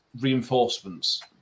reinforcements